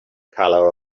color